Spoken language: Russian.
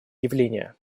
явления